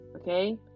okay